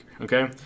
okay